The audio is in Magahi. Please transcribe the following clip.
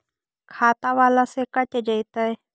खाता बाला से कट जयतैय?